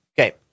Okay